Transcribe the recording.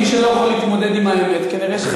מי שלא יכול להתמודד עם האמת, כנראה זה,